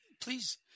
please